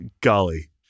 golly